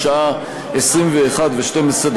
בשעה 21:12,